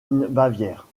bavière